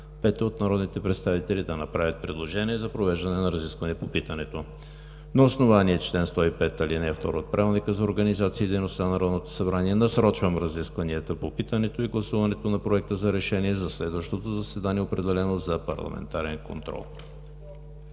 пета от народните представители да направят предложение за провеждане на разисквания по питането. На основание чл. 105, ал. 2 от Правилника за организацията и дейността на Народното събрание насрочвам разискванията по питането и гласуването на Проекта на решение за следващото заседание, определено за парламентарен контрол.